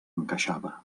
encaixava